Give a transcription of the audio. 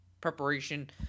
preparation